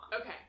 Okay